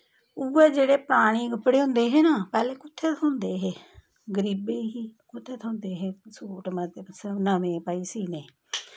उ'ऐ जेह्ड़े पराने कपड़े होंदे हे ना पैह्लें कु'त्थें थ्होंदे हे गरीबी ही कु'त्थें थ्होंदे हे सूट मतलब नमें भाई सीह्ने